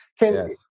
Yes